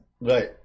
right